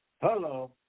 Hello